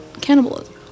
cannibalism